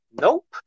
Nope